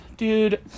Dude